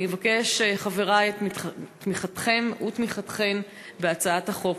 אני אבקש, חברי, את תמיכתכם ותמיכתכן בהצעת החוק.